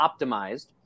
optimized